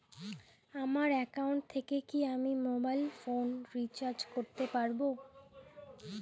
আমার একাউন্ট থেকে কি আমি মোবাইল ফোন রিসার্চ করতে পারবো?